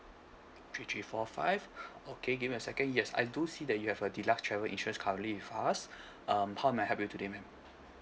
three three four five okay give me a second yes I do see that you have a deluxe travel insurance currently with us um how may I help you today ma'am